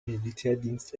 militärdienst